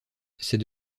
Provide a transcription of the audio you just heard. c’est